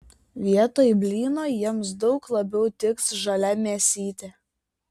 vietoj blyno jiems daug labiau tiks žalia mėsytė